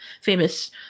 famous